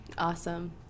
Awesome